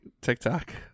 tiktok